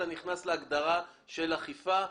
אתה נכנס להגדרה של אכיפה.